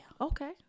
okay